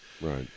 Right